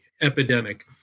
epidemic